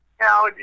now